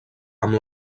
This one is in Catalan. amb